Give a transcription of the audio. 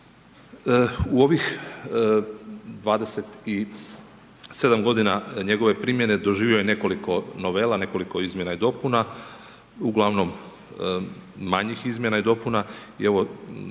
U ovih 27 g. njegove primjene doživi je nekoliko novela, nekoliko izmjena i dopuna, ugl. manjih izmjena i dopuna